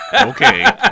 Okay